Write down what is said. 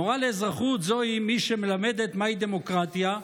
מורה לאזרחות זוהי מי שמלמדת מהי דמוקרטיה,